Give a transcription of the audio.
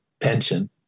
pension